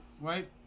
right